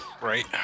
right